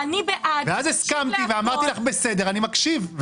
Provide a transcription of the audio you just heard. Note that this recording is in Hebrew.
ואז הסכמתי ואמרתי לך בסדר, אני מקשיב.